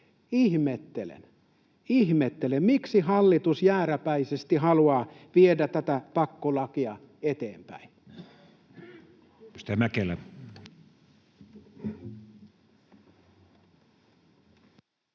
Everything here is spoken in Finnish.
ihmettelen — miksi hallitus jääräpäisesti haluaa viedä tätä pakkolakia eteenpäin.